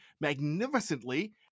magnificently